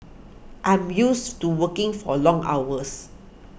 I'm used to working for long hours